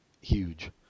huge